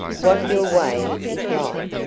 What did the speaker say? what your way is like,